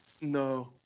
No